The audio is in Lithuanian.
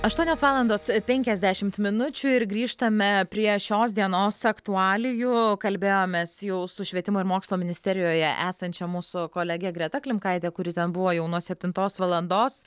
aštuonios valandos penkiasdešimt minučių ir grįžtame prie šios dienos aktualijų kalbėjomės jau su švietimo ir mokslo ministerijoje esančia mūsų kolege greta klimkaitė kuri ten buvo jau nuo septintos valandos